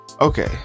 Okay